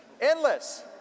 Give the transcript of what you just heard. endless